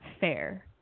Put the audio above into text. fair